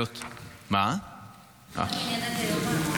יש ענייני דיומא.